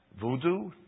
Voodoo